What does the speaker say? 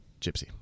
Gypsy